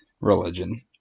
Religion